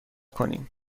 کنیم